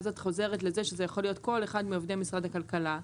שאז את חוזרת לזה שזה יכול להיות כל אחד מעובדי משרד הכלכלה,